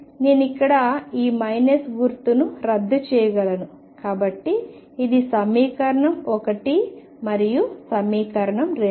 నేను ఇక్కడ ఈ మైనస్ గుర్తును రద్దు చేయగలను కాబట్టి ఇది సమీకరణం 1 మరియు సమీకరణం 2